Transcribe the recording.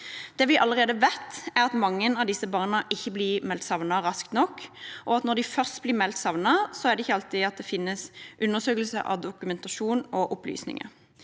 Det vi allerede vet, er at mange av disse barna ikke blir meldt savnet raskt nok, og at når de først blir meldt savnet, er det ikke alltid at det finnes undersøkelser og dokumentasjon av opplysninger.